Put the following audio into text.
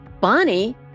Bonnie